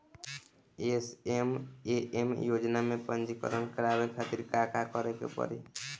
SMAM योजना में पंजीकरण करावे खातिर का का करे के पड़ी?